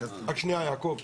רק שנייה יעקב,